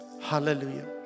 Hallelujah